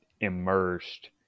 immersed